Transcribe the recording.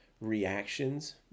reactions